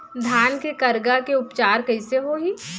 धान के करगा के उपचार कइसे होही?